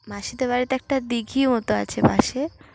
মাসিদের বাড়িতে একটা দীঘি মতো আছে পাশে